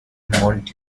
monty